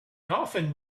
often